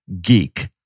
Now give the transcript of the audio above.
geek